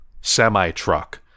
semi-truck